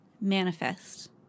manifest